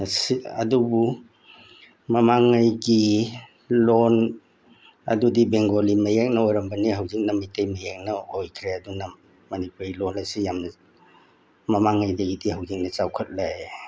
ꯑꯗꯨꯕꯨ ꯃꯃꯥꯡꯉꯩꯒꯤ ꯂꯣꯟ ꯑꯗꯨꯗꯤ ꯕꯦꯡꯒꯣꯂꯤ ꯃꯌꯦꯛꯅ ꯑꯣꯏꯔꯝꯕꯅꯤ ꯍꯧꯖꯤꯛꯅ ꯃꯤꯇꯩ ꯃꯌꯦꯛꯅ ꯑꯣꯏꯈ꯭ꯔꯦ ꯑꯗꯨꯅ ꯃꯅꯤꯄꯨꯔꯤ ꯂꯣꯟ ꯑꯁꯤ ꯌꯥꯝꯅ ꯃꯃꯥꯡꯉꯩꯗꯒꯤꯗꯤ ꯍꯧꯖꯤꯛꯅ ꯆꯥꯎꯈꯠꯂꯦ